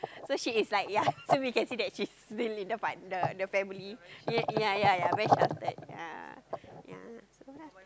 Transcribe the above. so she is like ya so we can say that she's really the part~ the family ya ya ya very sheltered ya ya so ya lah